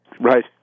Right